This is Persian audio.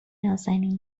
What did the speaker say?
نازنین